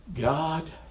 God